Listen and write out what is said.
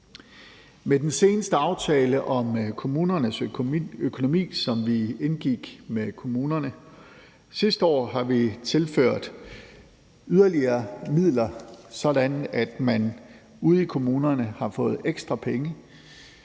Med den seneste aftale om kommunernes økonomi, som vi indgik med kommunerne sidste år, har vi tilført yderligere midler, sådan at man ude i kommunerne har fået ekstra penge,